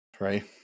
Right